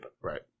Right